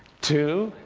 two.